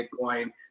bitcoin